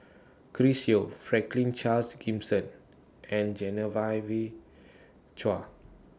Chris Yeo Franklin Charles Gimson and Genevieve Chua